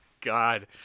God